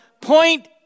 point